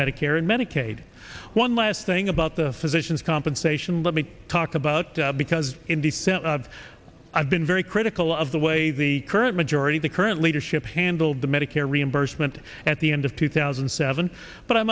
medicare and medicaid one last thing about the physicians compensation let me talk about because in the senate i've been very critical of the way the current majority the current leadership handled the medicare reimbursement at the end of two thousand and seven but i